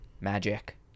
magic